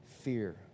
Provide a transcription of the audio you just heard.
fear